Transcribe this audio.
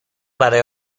برای